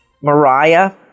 Mariah